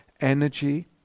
Energy